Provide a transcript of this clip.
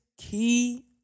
key